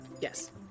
Yes